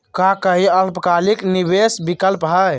का काई अल्पकालिक निवेस विकल्प हई?